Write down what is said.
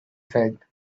said